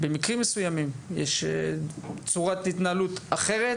במקרים מסוימים יש צורת התנהלות אחרת.